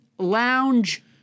lounge